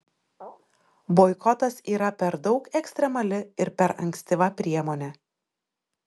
boikotas yra per daug ekstremali ir per ankstyva priemonė